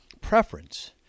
preference